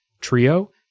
trio